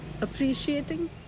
appreciating